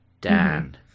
Dan